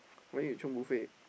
why need to chiong buffet